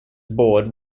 board